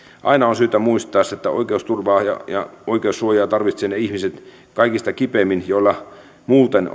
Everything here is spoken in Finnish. aina on syytä muistaa se että oikeusturvaa ja ja oikeussuojaa tarvitsevat kaikista kipeimmin ne ihmiset joilla muuten